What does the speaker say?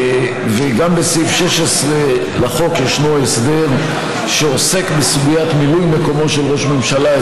וגם בסעיף 16 לחוק ישנו הסדר שעוסק בסוגיית מילוי מקומו של ראש ממשלה,